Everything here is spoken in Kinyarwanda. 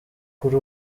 kuri